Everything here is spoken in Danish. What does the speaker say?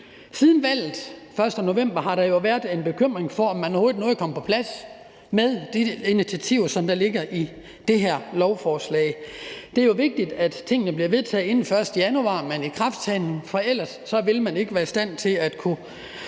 siden valget den 1. november har der været en bekymring for, om man overhovedet nåede at komme på plads med de initiativer, der ligger i det her lovforslag. Det er jo vigtigt, at tingene bliver vedtaget inden den 1. januar med en ikrafttræden, for ellers vil man ikke være i stand til at kunne